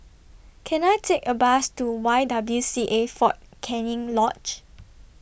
Can I Take A Bus to Y W C A Fort Canning Lodge